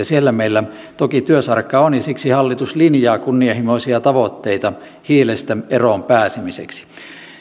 siellä meillä toki työsarkaa on ja siksi hallitus linjaa kunnianhimoisia tavoitteita hiilestä eroon pääsemiseksi